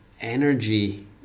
energy